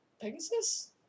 Pegasus